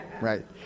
right